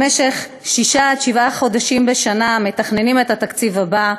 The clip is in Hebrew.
במשך שישה עד שבעה חודשים בשנה מתכננים את התקציב הבא,